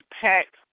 packed